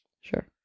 Sure